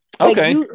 Okay